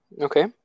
Okay